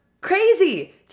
crazy